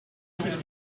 sich